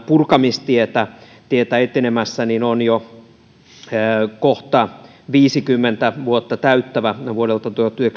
purkamistietä ollaan nyt etenemässä on kohta jo viisikymmentä vuotta täyttävä vuodelta